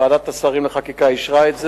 ועדת השרים לחקיקה אישרה את זה,